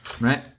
right